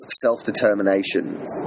self-determination